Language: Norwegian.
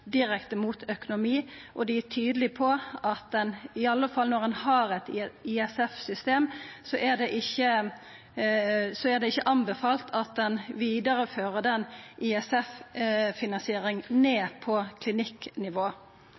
direkte mot økonomi, ikkje er «robust». Dei er tydelege på at i alle fall når ein har eit ISF-system, er det ikkje anbefalt at ein vidarefører ISF-finansieringa ned på klinikknivå. Da ISF vart innført, var det aldri meininga at det skulle gå heilt ned på